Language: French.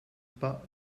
pas